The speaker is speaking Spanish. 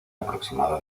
aproximada